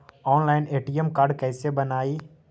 Online ATM card कैसे बनाई?